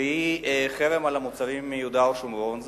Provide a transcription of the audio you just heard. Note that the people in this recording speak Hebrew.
שהיא חרם על המוצרים מיהודה ושומרון,